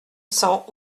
cent